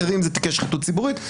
אחרים זה תיקי שחיתות ציבורית.